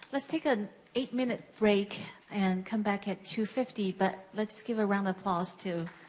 let's take an eight minute break, and come back at two fifty. but let's give a round of applause to